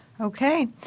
Okay